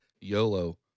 yolo